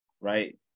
right